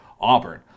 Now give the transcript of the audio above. Auburn